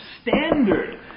standard